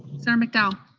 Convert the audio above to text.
senator mcdowell?